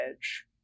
edge